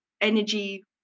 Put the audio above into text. energy